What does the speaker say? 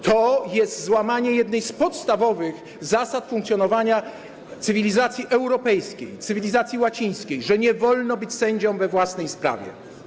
To jest złamanie jednej z podstawowych zasad funkcjonowania cywilizacji europejskiej, cywilizacji łacińskiej: nie wolno być sędzią we własnej sprawie.